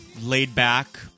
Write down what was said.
laid-back